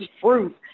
fruit